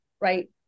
right